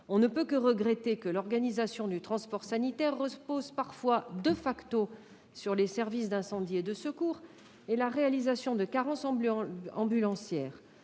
On ne peut que regretter que l'organisation du transport sanitaire repose parfois sur les services d'incendie et de secours et la réalisation de carences ambulancières.